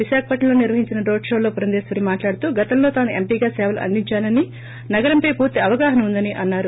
విశాఖపట్స ంలో నిర్వహించిన road show లో పురందిశ్వరి మాట్లాడుతూ గతంలో తానూ ఎంపీగా సేవలు అందించానన నగరంపై పూర్తీ అవగాహన ఉందని అన్నారు